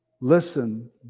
listen